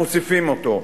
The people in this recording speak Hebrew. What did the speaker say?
מוסיפים אותו.